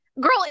Girl